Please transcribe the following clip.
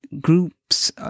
groups